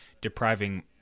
depriving